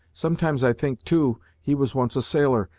sometimes i think, too, he was once a sailor,